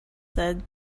said